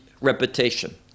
reputation